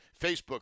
Facebook